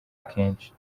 akenshi